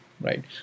right